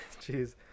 Jeez